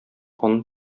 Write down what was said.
аны